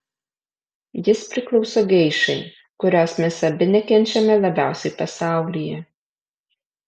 jis priklauso geišai kurios mes abi nekenčiame labiausiai pasaulyje